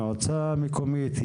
מועצה מקומית,